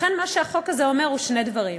לכן, מה שהחוק הזה אומר הוא שני דברים.